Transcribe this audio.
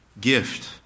gift